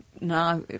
Now